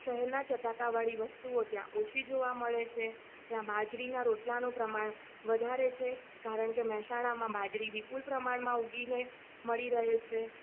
શહેરના ચટાકાવાળી વસ્તુઓ ત્યાં ઓછી જોવા મળે છે ત્યાં બાજરીના રોટલાનું પ્રમાણ વધારે છે કારણ કે મહેસાણામાં બાજરી વિપુલ પ્રમાણમાં ઉગીને મળી રહે છે